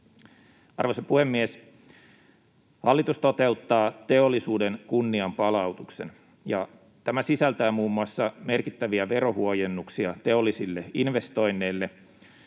Arvoisa puhemies! Hallitus toteuttaa teollisuuden kunnianpalautuksen, ja tämä sisältää muun muassa merkittäviä verohuojennuksia teollisille investoinneille,